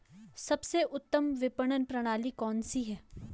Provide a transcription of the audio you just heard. सबसे उत्तम विपणन प्रणाली कौन सी है?